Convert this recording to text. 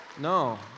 No